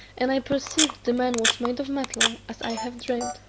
and i perceived the man was made of metal, as i had dreamt.